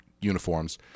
uniforms